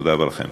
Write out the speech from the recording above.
תודה רבה לכם.